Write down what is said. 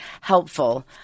helpful